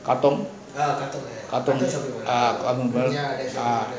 katong ah ah ah